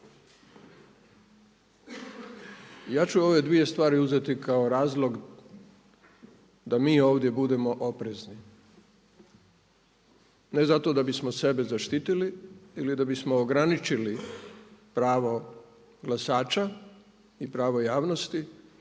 Ja ću ove dvije stvari uzeti kao razlog da mi ovdje budemo oprezni, ne zato da bismo sebe zaštitili ili da bismo ograničili pravo glasača i pravo javnosti,